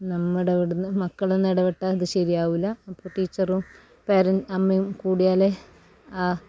നമ്മുടെ അവിടുന്ന് മക്കളെന്നും ഇടപെട്ടാൽ ഇത് ശരിയാകില്ല അപ്പം ടീച്ചറും പേരൻ അമ്മയും കൂടിയാലെ ആ